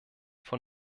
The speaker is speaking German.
von